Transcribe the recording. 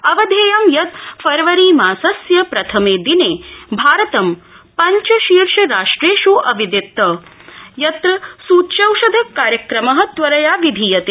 अवधेयं यत् फरवरी मासस्य प्रथमे णिने भारतं पंचशीर्षराष्ट्रेष् अविद्यत यत्र सुच्यौषध कार्यक्रम त्वरया विधीयते